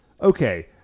Okay